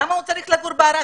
למה הוא צריך לגור בערד?